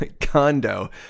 condo